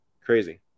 Crazy